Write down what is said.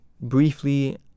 briefly